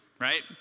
right